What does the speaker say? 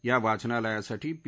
या वाचनालयासाठी पी